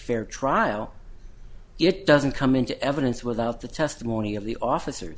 fair trial it doesn't come into evidence without the testimony of the office